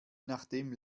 nachdem